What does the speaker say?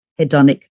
hedonic